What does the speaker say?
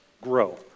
grow